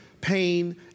pain